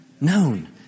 Known